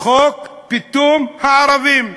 חוק פיטום הערבים.